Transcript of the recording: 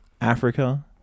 Africa